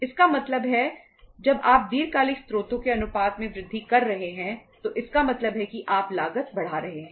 इसका मतलब है जब आप दीर्घकालिक स्रोतों के अनुपात में वृद्धि कर रहे हैं तो इसका मतलब है कि आप लागत बढ़ा रहे हैं